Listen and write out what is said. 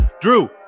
Drew